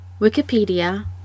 Wikipedia